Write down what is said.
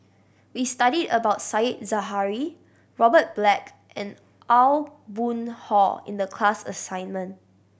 we studied about Said Zahari Robert Black and Aw Boon Haw in the class assignment